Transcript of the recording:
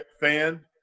fan